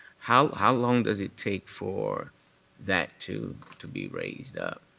how how long does it take for that to to be raised up?